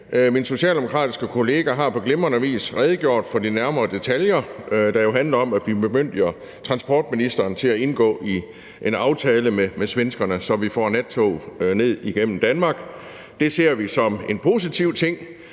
Min socialdemokratiske kollega har på glimrende vis redegjort for de nærmere detaljer, der jo handler om, at vi bemyndiger transportministeren til at indgå i en aftale med svenskerne, så vi får nattog ned igennem Danmark. Det ser vi som en positiv ting,